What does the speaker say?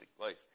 place